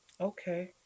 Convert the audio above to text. Okay